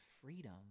freedom